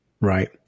Right